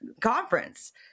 conference